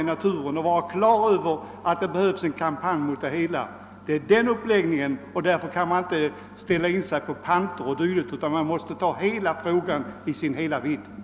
Det är tydligt att man inte får sikta in sig på en enda sak såsom engångsglasen; man måste ta med allt som skräpar ned i naturen.